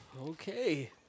Okay